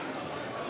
נא